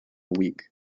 week